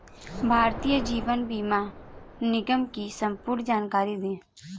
भारतीय जीवन बीमा निगम की संपूर्ण जानकारी दें?